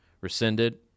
rescinded